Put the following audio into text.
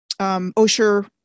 Osher